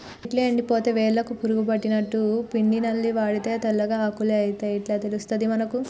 చెట్టు ఎండిపోతే వేర్లకు పురుగు పట్టినట్టు, పిండి నల్లి పడితే తెల్లగా ఆకులు అయితయ్ ఇట్లా తెలుస్తది మనకు